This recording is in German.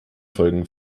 folgen